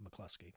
McCluskey